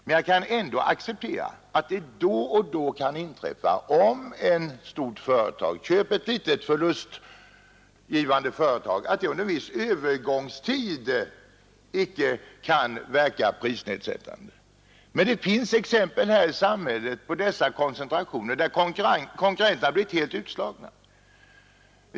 Jag kan emellertid ändå acceptera att det då och då, om ett stort företag köper ett litet förlustgivande företag, inträffar att denna rationalisering under en viss övergångstid icke verkar motverka maktkoncentrationen i samhället motverka maktkoncentrationen i samhället prisnedsättande. Men det finns exempel i samhället på sådana här koncentrationer där konkurrenterna blivit helt utslagna.